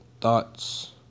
thoughts